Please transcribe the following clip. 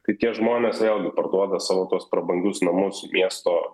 tai tie žmonės vėlgi parduoda savo tuos prabangius namus miesto